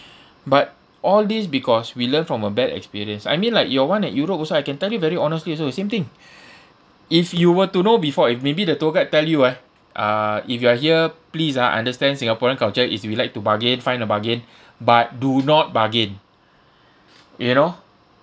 but all these because we learn from a bad experience I mean like your [one] at europe also I can tell you very honestly also the same thing if you were to know before it maybe the tour guide tell you eh uh if you are here please ah understand singaporean culture is we like to bargain find a bargain but do not bargain you know